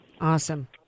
Awesome